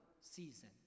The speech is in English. season